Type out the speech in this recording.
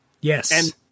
Yes